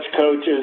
coaches